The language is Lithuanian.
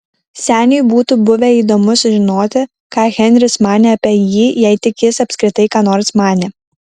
seniui būtų buvę įdomu sužinoti ką henris manė apie jį jei tik jis apskritai ką nors manė